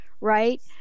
right